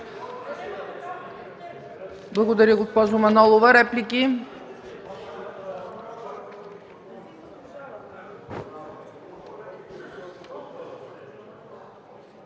Благодаря, госпожо Манолова. Реплики?